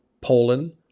Poland